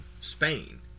Spain